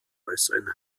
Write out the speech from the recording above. äußeren